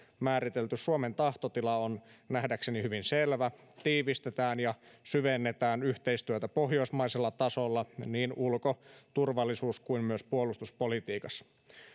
määritelty suomen tahtotila on nähdäkseni hyvin selvä tiivistetään ja syvennetään yhteistyötä pohjoismaisella tasolla niin ulko turvallisuus kuin myös puolustuspolitiikassa